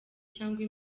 cyangwa